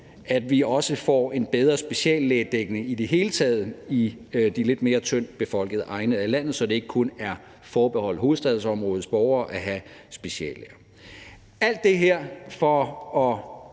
at vi også får en bedre speciallægedækning i det hele taget i de lidt mere tyndt befolkede egne af landet, så det ikke kun er forbeholdt hovedstadsområdets borgere at have speciallæger. Alt det her er